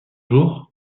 jour